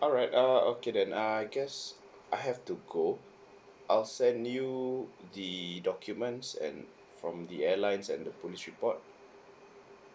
alright uh okay then I guess I have to go I'll send you the documents and from the airlines and the police report